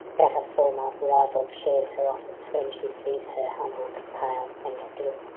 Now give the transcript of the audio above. that a former rival shares her office. when she sees her humbled, pale, and still.